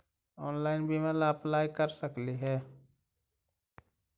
Online बीमा ला apply कर सकली हे?